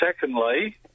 Secondly